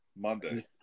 Monday